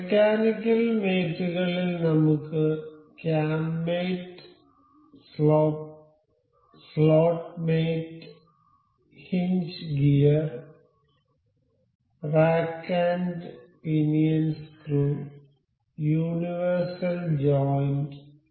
mechanical മേറ്റ് കളിൽ നമുക്ക് cam mate slot mate hinge gear rack and pinion screw universal joint universal joint